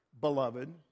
beloved